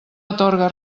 atorga